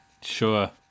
Sure